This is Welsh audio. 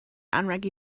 anrheg